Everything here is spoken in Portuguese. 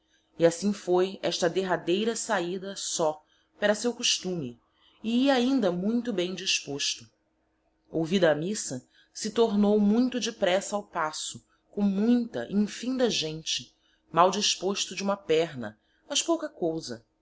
e assim foi esta derradeira sahida só pera seu costume e hia ainda muito bem disposto ouvida a missa se tornou muito de pressa ao paço com muita infinda gente mal disposto de huma perna mas pouca cousa